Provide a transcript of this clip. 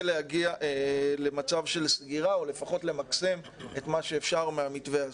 להגיע למצב של סגירה או לפחות מקסום כל מה שאפשר מהמתווה הזה.